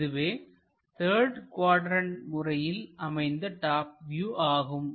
இதுவே third quadrant முறையில் அமைந்த டாப் வியூ ஆகும்